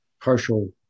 partial